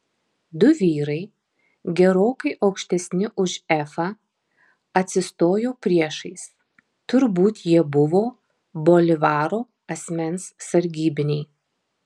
du vyrai gerokai aukštesni už efą atsistojo priešais turbūt jie buvo bolivaro asmens sargybiniai